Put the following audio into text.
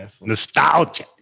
Nostalgia